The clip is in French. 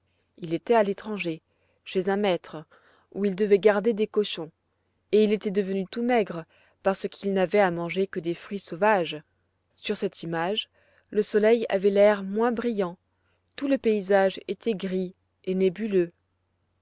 il était à l'étranger chez un maître où il devait garder des cochons et il était devenu tout maigre parce qu'il n'avait à manger que des fruits sauvages sur cette image le soleil avait l'air moins brillant tout le paysage était gris et nébuleux